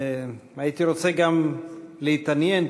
הייתי רוצה גם להתעניין,